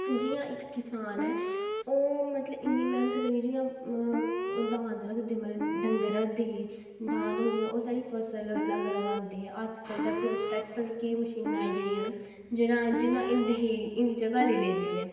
जि'यां इक किसान ऐ ओह् मतलब कि इ'न्नी मैह्नत करियै जि'यां दांद रखदे मतलब डंगर रखदे हे दादं होंदे हे ओह् साढ़ी फसल लग्ग लगांदे हे अज्ज कल ते फिर ट्रैक्टर केह् मशीनां आई गेदियां न जि'नें इंदी जगह् जगह् लेई लेदी ऐ